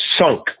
sunk